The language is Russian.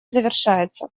завершается